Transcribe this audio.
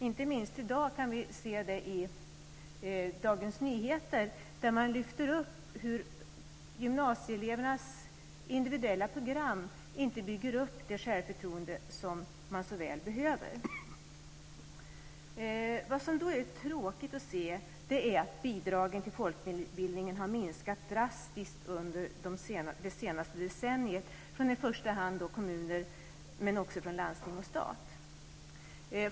Det kan vi inte minst se i dag i Dagens Nyheter, där man lyfter upp att gymnasieelevernas individuella program inte bygger upp det självförtroende som så väl behövs. Vad som är tråkigt att se är att bidragen till folkbildningen har minskat drastiskt under det senaste decenniet från i första hand kommuner men också landsting och stat.